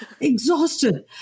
Exhausted